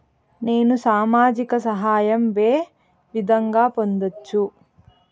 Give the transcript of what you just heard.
నేను సామాజిక సహాయం వే విధంగా పొందొచ్చు?